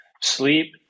sleep